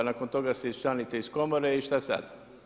Nakon toga se iščlanite iz komore i šta sad?